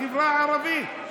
החברה הערבית.